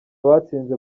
batsinze